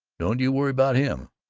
don't you worry about him.